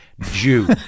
Jew